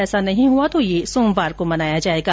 ऐसा नहीं हुआ तो यह सोमवार को मनाया जायेगा